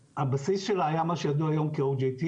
שהבסיס שלה היה מה שידוע היום כ-OJT.